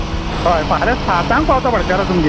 हय फाल्यां सातांक पावतां भाटकारा तुमगेर